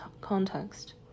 context